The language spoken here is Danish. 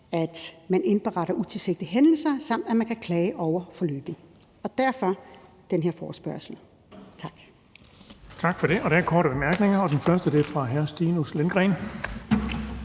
at man indberetter utilsigtede hændelser, samt at man kan klage over forløbet. Derfor den her forespørgsel. Tak.